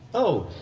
oh.